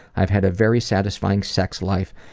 have had a very satisfying sex life,